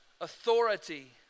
authority